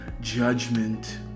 judgment